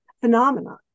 phenomenon